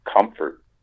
comfort